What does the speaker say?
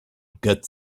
get